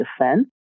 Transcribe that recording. defense